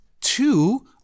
Two